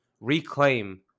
reclaim